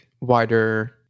wider